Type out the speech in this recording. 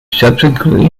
subsequently